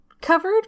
covered